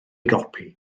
gopi